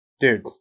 dude